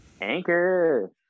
Anchor